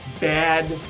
bad